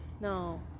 No